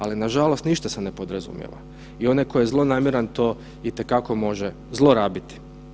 Ali nažalost ništa se ne podrazumijeva i onaj tko je zlonamjeran to itekako može zlorabiti.